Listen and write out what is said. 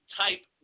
type